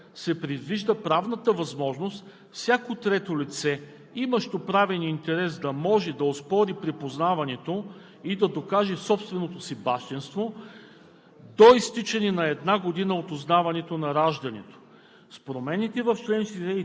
2. в чл. 62, създава се нова ал. 5, се предвижда правната възможност всяко трето лице, имащо правен интерес, да може да оспори припознаването и да докаже собственото си бащинство